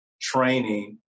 training